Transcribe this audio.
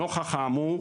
נוכח האמור,